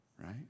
right